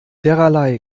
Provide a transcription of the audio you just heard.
derlei